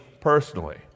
personally